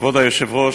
כבוד היושב-ראש,